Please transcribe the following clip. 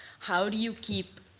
how do you keep